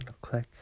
click